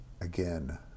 again